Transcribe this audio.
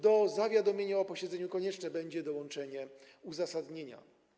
do zawiadomienia o posiedzeniu konieczne będzie dołączenie uzasadnienia.